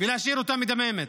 ולהשאיר אותה מדממת.